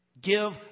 Give